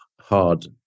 hard